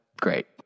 Great